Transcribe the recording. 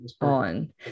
on